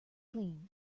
clean